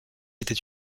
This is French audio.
était